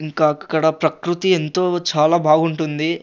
ఇంకా అక్కడ ప్రకృతి ఎంతో చాలా బాగుంటుంది